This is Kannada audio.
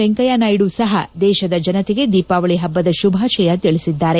ವೆಂಕಯ್ಲನಾಯ್ಡು ಸಹ ದೇಶದ ಜನತೆಗೆ ದೀಪಾವಳಿ ಹಬ್ಬದ ಶುಭಾಶಯ ತಿಳಿಸಿದ್ದಾರೆ